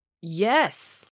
Yes